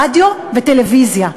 רדיו וטלוויזיה,